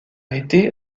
été